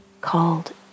called